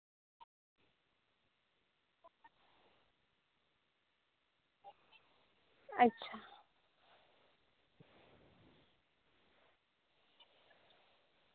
ᱟᱪᱪᱷᱟ